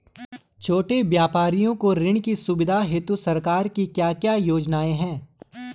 छोटे व्यापारियों को ऋण की सुविधा हेतु सरकार की क्या क्या योजनाएँ हैं?